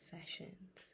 Sessions